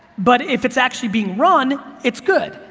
but if it's actually being run, it's good.